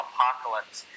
Apocalypse